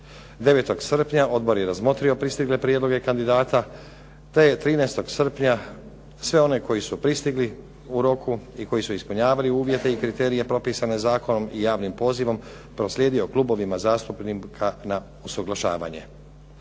9. srpnja odbor je razmotrio pristigle prijedloge kandidata, te je 13. srpnja sve one koji su pristigli u roku i koji su ispunjavali uvjete i kriterije propisane zakonom i javnim pozivom proslijedio klubovima zastupnika na usuglašavanje.